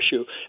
issue